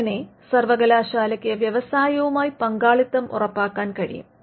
അങ്ങനെ സർവകലാശാലയ്ക്ക് വ്യവസായവുമായി പങ്കാളിത്തം ഉറപ്പാക്കാൻ കഴിയും